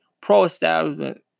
pro-establishment